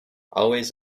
always